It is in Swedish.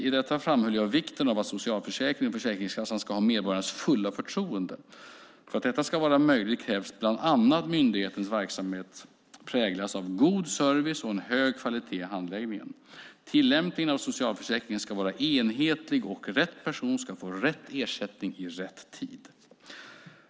I detta framhöll jag vikten av att socialförsäkringen och Försäkringskassan ska ha medborgarnas fulla förtroende. För att detta ska vara möjligt krävs bland annat att myndighetens verksamhet präglas av god service och en hög kvalitet i handläggningen. Tillämpningen av socialförsäkringen ska vara enhetlig, och rätt person ska få rätt ersättning i tid.